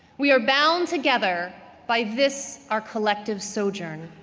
we are bound together by this, our collective sojourn.